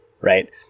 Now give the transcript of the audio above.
right